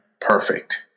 perfect